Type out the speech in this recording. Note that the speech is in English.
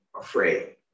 afraid